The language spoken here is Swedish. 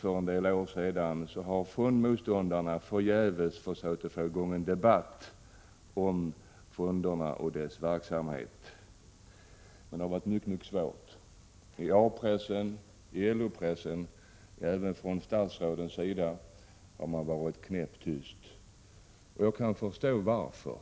1986/87:86 fondmotståndarna förgäves försökt få i gång en debatt om fonderna och 13 mars 1987 deras verksamhet, men det har varit mycket svårt. I A-pressen, i LO-pressen RE y R : Pp Om opinionsbildning och även från statsrådens sida har man varit knäpp tyst. Jag kan förstå varför.